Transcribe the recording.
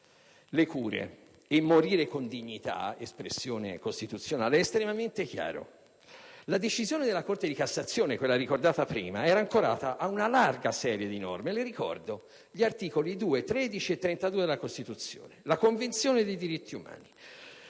le cure e di morire con dignità - espressione costituzionale - è estremamente chiaro. La decisione della Corte di cassazione, ricordata prima, era ancorata ad una larga serie di norme: ricordo in particolare gli articoli 2, 13 e 32 della Costituzione; la Convenzione su diritti umani